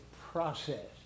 process